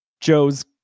Joe's